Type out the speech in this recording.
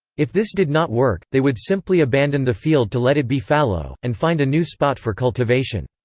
if this did not work, they would simply abandon the field to let it be fallow, and find a new spot for cultivation.